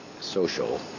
social